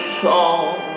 song